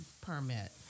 permit